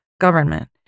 government